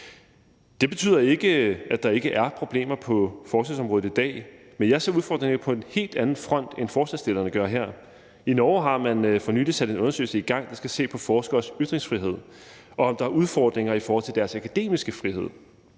Det betyder ikke, at der ikke er problemer på forskningsområdet i dag, men jeg ser udfordringer på en helt anden front, end forslagsstillerne gør her. I Norge har man for nylig sat en undersøgelse i gang, der skal se på forskeres ytringsfrihed, og om der er udfordringer i forhold til deres akademiske frihed.